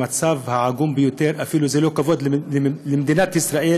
המצב עגום ביותר, וזה אפילו לא לכבוד מדינת ישראל